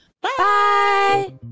Bye